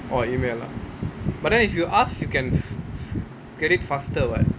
orh email ah but then if you ask you can f~ f~ get it faster [what]